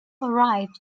arrived